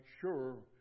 sure